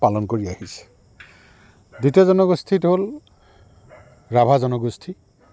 পালন কৰি আহিছে দ্বিতীয় জনগোষ্ঠীটো হ'ল ৰাভা জনগোষ্ঠী